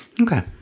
Okay